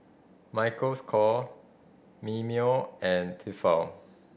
Michael's Kor Mimeo and Tefal